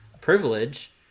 privilege